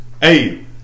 Hey